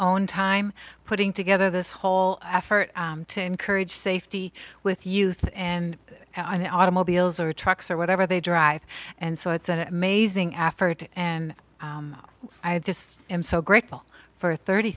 own time putting together this whole effort to encourage safety with youth and on automobiles or trucks or whatever they drive and so it's an amazing afeard and i just am so grateful for thirty